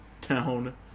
Town